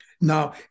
Now